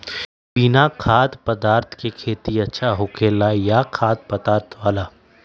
बिना खाद्य पदार्थ के खेती अच्छा होखेला या खाद्य पदार्थ वाला?